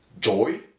joy